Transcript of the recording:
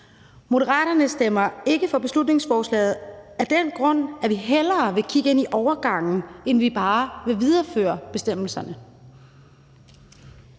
Moderaterne stemmer ikke for beslutningsforslaget af den grund, at vi hellere vil kigge ind i overgangen end bare videreføre bestemmelserne.